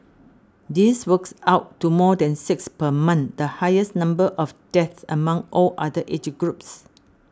this works out to more than six per month the highest number of deaths among all other age groups